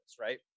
right